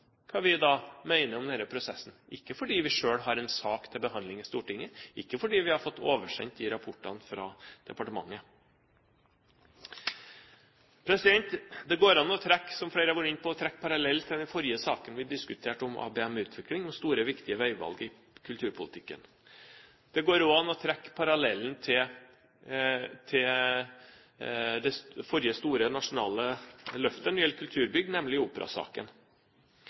hva vi mener om denne prosessen, ikke fordi vi selv har en sak til behandling i Stortinget, ikke fordi vi har fått oversendt rapportene fra departementet. Det går an, som flere har vært inne på, å trekke en parallell til den forrige saken vi diskuterte, om ABM-utvikling og store, viktige veivalg i kulturpolitikken. Det går også an å trekke en parallell til det forrige store nasjonale løftet for kulturbygg, nemlig operasaken. Når det gjelder